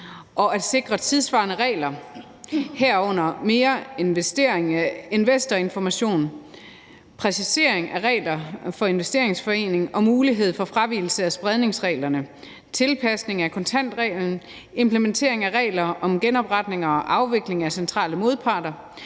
for at sikre tidssvarende regler, herunder mere investorinformation, præcisering af regler for investeringsforeninger og mulighed for fravigelse af spredningsreglerne, tilpasning af kontantreglen, implementering af regler om genopretning og afvikling af centrale modparter,